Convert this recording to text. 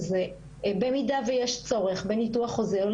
במידה ויש צורך בניתוח חוזר,